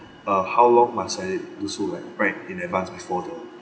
uh how long must I do so like write in advance before the